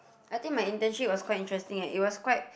I think my internship was quite interesting eh it was quite